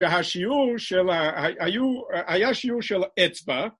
והשיעור שלה, היה שיעור של אצבע